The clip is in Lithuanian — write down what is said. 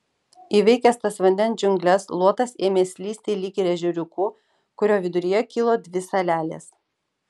įveikęs tas vandens džiungles luotas ėmė slysti lyg ir ežeriuku kurio viduryje kilo dvi salelės